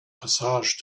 passage